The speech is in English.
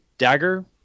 Dagger